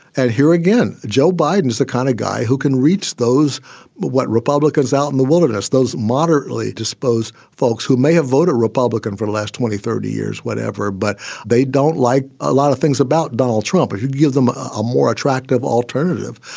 and here again, joe biden is the kind of guy who can reach those but republicans out in the wilderness, those moderately disposed folks who may have voted republican for the last twenty, thirty years, whatever. but they don't like a lot of things about donald trump. he gives them a more attractive alternative.